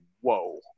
whoa